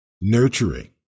nurturing